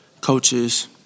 coaches